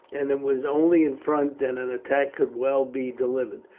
and it was only in front that an attack could well be delivered.